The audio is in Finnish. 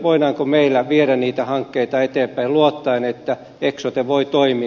voidaanko meillä viedä niitä hankkeita eteenpäin luottaen että eksote voi toimia